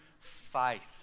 faith